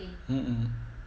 mm mm